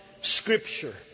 Scripture